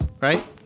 right